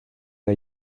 der